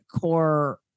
core